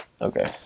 Okay